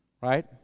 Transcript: right